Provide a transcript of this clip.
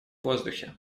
воздухе